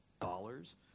dollars